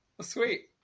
sweet